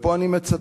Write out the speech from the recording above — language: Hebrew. ופה אני מצטט,